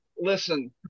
listen